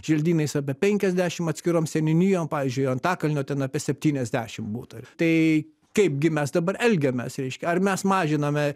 želdynais apie penkiasdešimt atskirom seniūnijom pavyzdžiui antakalnio ten apie septyniasdešimt butų tai kaip gi mes dabar elgiamės reiškia ar mes mažiname